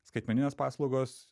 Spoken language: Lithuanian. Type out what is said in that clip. skaitmeninės paslaugos